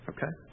Okay